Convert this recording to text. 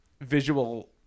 visual